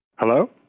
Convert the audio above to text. Hello